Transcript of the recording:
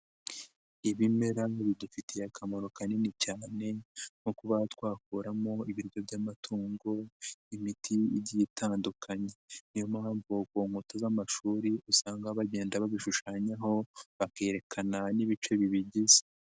Ibimera bidufitiye akamaro kanini cyane nko kuba twakuramo ibiryo by'amatungo, imiti igiye itandukanye. Niyo mpamvu ku nkuta z'amashuri usanga bagenda babishushanyaho, bakerekana n'ibice bibigize.